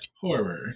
horror